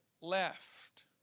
left